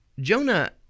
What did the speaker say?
Jonah